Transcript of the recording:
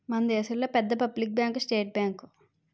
మన దేశంలో పెద్ద పబ్లిక్ బ్యాంకు స్టేట్ బ్యాంకు